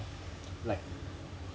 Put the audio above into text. like